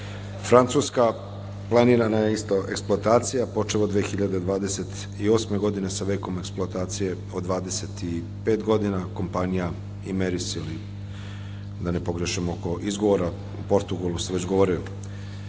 Francuska, planirana je isto eksploatacija počev od 2028. godine sa vekom eksploatacije od 25 godina, kompanija „Inmerisili“ da ne pogrešim oko izgovora, u Portugalu sam već